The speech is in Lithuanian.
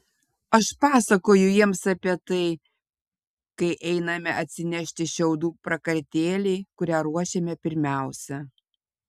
aš pasakoju jiems apie tai kai einame atsinešti šiaudų prakartėlei kurią ruošiame pirmiausia